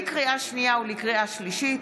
לקריאה שנייה ולקריאה שלישית,